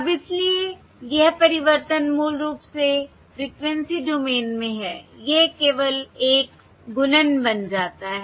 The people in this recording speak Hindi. अब इसलिए यह परिवर्तन मूल रूप से फ्रिकवेंसी डोमेन में है यह केवल एक गुणन बन जाता है